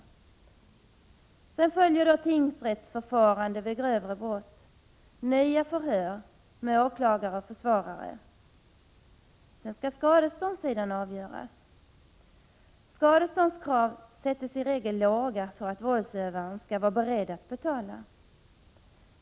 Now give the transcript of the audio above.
Sedan följer vid grövre brott tingsrättsförfarande — nya förhör med åklagare och försvarare. Därefter skall skadeståndsdelen avgöras. Skadeståndskrav sätts i regel lågt för att våldsövaren skall vara beredd att betala.